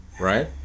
right